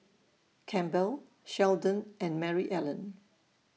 Campbell Sheldon and Maryellen